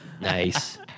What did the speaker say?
Nice